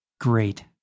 Great